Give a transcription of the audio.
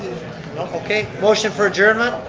okay, motion for adjournment?